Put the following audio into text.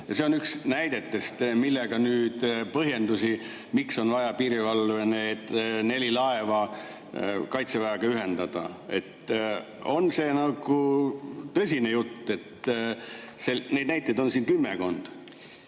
See on üks näidetest, millega nüüd põhjendatakse, miks on vaja piirivalve need neli laeva Kaitseväega ühendada. On see nagu tõsine jutt? Neid näiteid on siin kümmekond.